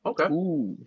Okay